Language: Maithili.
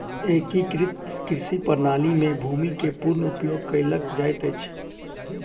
एकीकृत कृषि प्रणाली में भूमि के पूर्ण उपयोग कयल जाइत अछि